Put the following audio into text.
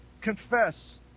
confess